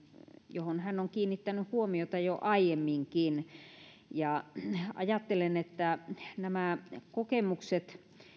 johon hän on kiinnittänyt huomiota jo aiemminkin ajattelen että nämä kokemukset